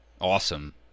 Awesome